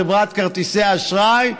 חברת כרטיסי האשראי,